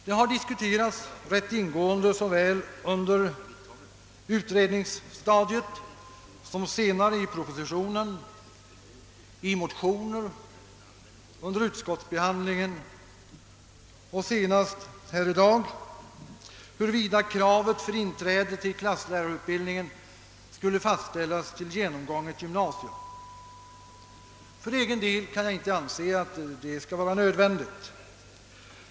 Det har diskuterats rätt ingående såväl under utredningsstadiet som senare i propositionen, i motioner, under utskottsbehandlingen och senast här i dag, huruvida kravet för inträde till klasslärarutbildningen skulle fastställas till genomgånget gymnasium. För egen del kan jag inte inse, att det skall vara nödvändigt.